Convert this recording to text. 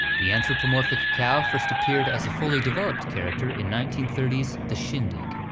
the anthropomorphic cow first appeared as a fully-developed character in nineteen thirty s the shindig,